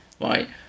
right